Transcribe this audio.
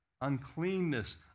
Uncleanness